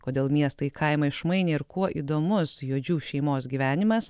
kodėl miestą į kaimą išmainė ir kuo įdomus juodžių šeimos gyvenimas